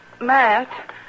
Matt